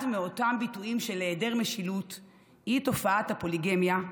אחד מאותם ביטויים של היעדר משילות הוא תופעת הפוליגמיה,